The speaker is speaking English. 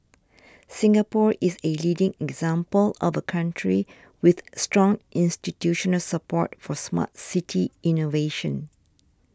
Singapore is a leading example of a country with strong institutional support for Smart City innovation